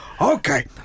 Okay